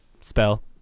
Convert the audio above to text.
spell